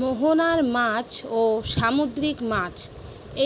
মোহনার মাছ, ও সামুদ্রিক মাছ